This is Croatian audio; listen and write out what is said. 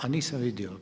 A nisam vidio.